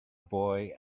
boy